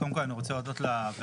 קודם כל, אני רוצה להודות לוועדה